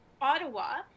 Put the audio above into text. Ottawa